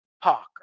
Parker